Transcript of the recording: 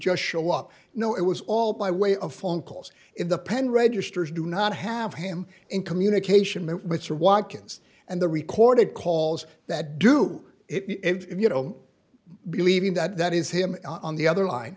just show up no it was all by way of phone calls in the pen registers do not have him in communication movements or walk ins and the recorded calls that do if you know believing that that is him on the other line